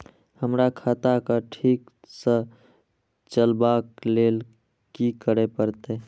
हमरा खाता क ठीक स चलबाक लेल की करे परतै